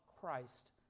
Christ